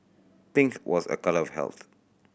pink was a colour of health